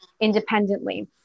independently